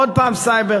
עוד הפעם סייבר.